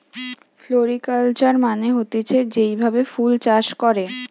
floriculture মানে হতিছে যেই ভাবে ফুল চাষ করে